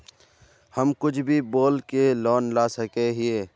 हम कुछ भी बोल के लोन ला सके हिये?